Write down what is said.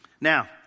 Now